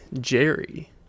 Jerry